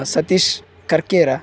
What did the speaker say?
Satish Karkera